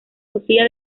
sofía